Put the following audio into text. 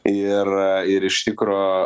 ir ir iš tikro